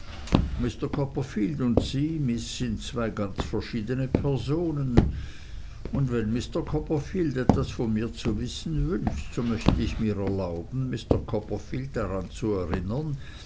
mr copperfield und sie miß sind zwei ganz verschiedene personen und wenn mr copperfield etwas von mir zu wissen wünscht so möchte ich mir erlauben mr copperfield daran zu erinnern